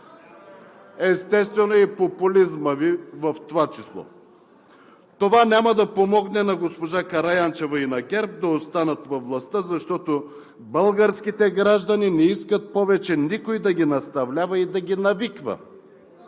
Естествено, и популизмът Ви е в това число. Това няма да помогне на госпожа Караянчева и на ГЕРБ да останат във властта, защото българските граждани не искат повече никой да ги наставлява и да ги навиква.